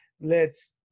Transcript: lets